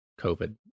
COVID